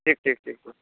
ঠিক ঠিক ঠিক